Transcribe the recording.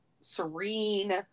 serene